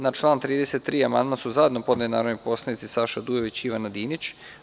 Na član 33. amandman su zajedno podneli narodni poslanici Saša Dujović i Ivana Dinić.